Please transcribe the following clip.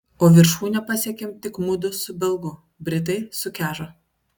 o viršūnę pasiekėm tik mudu su belgu britai sukežo